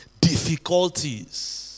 difficulties